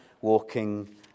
walking